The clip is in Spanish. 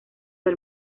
del